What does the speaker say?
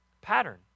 pattern